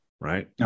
right